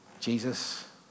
Jesus